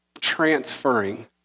transferring